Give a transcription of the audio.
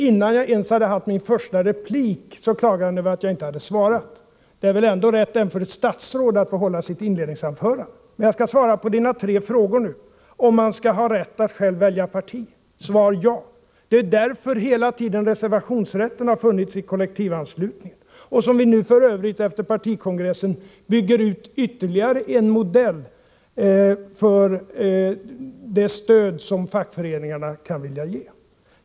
Innan jag ens hade haft min första replik klagade han över att jag inte hade svarat. Även ett statsråd har väl ändå rätt att få hålla sitt inledningsanförande. Men jag skall nu svara på era tre frågor. Skall man ha rätt att själv välja parti? Svar: ja. Det är ju därför som reservationsrätten hela tiden har funnits i kollektivanslutningen. Efter partikongressen byggde vi f. ö. ut med ytterligare en modell för det stöd som fackföreningarna kan vilja ge.